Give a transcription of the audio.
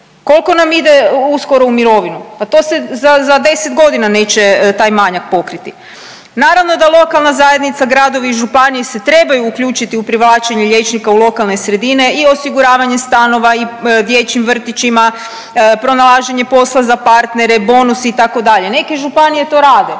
Kolko nam ide uskoro u mirovinu? Pa to se za, za 10.g. neće taj manjak pokriti. Naravno da lokalna zajednica, gradovi i županije se trebaju uključiti u privlačenje liječnika u lokalne sredine i osiguravanje stanova i dječjim vrtićima, pronalaženje posla za partnere, bonusi itd., neke županije to rade